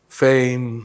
fame